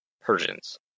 Persians